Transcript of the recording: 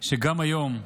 שגם היום,